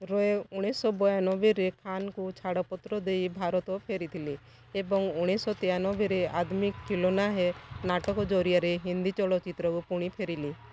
ରୟ ଉଣେଇଶିଶହ ଵାୟାନବେରେ ଖାନଙ୍କୁ ଛାଡ଼ପତ୍ର ଦେଇ ଭାରତ ଫେରିଥିଲେ ଏବଂ ଉଣେଇଶିଶହ ତେୟାନବେରେ ଆଦମୀ ଖିଲୋନା ହୈ ନାଟକ ଜରିଆରେ ହିନ୍ଦୀ ଚଳଚ୍ଚିତ୍ରକୁ ପୁଣି ଫେରିଲେ